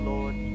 Lord